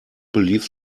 believe